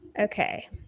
Okay